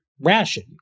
ration